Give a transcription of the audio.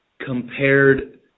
compared